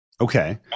Okay